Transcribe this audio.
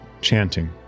chanting